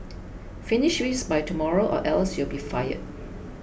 finish this by tomorrow or else you'll be fired